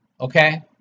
okay